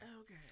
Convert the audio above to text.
Okay